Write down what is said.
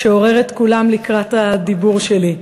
שעורר את כולם לקראת הדיבור שלי.